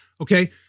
Okay